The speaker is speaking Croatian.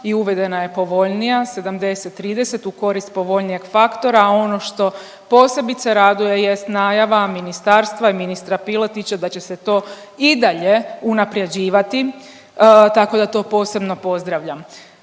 i uvedena je povoljnija 70:30 u korist povoljnijeg faktora, a ono što posebice raduje jest najava ministarstva i ministra Piletića da će se to i dalje unaprjeđivati, tako da to posebno pozdravljam.